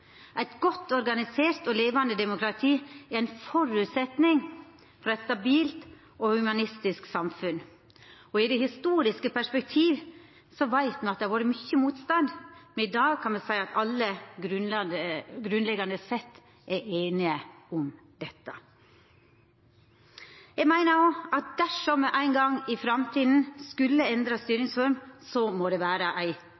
Eit godt organisert og levande demokrati er ein føresetnad for eit stabilt og humanistisk samfunn. I det historiske perspektiv veit me at det har vore mykje motstand, men i dag kan me seia at alle grunnleggjande sett er einige om dette. Eg meiner òg at dersom me ein gong i framtida skulle endra styringsform, må det vera ei